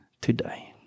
today